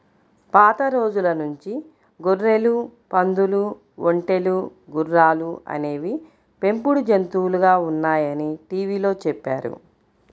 పాత రోజుల నుంచి గొర్రెలు, పందులు, ఒంటెలు, గుర్రాలు అనేవి పెంపుడు జంతువులుగా ఉన్నాయని టీవీలో చెప్పారు